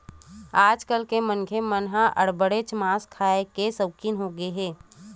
आज के मनखे मन ह अब्बड़ेच मांस खाए के सउकिन होगे हे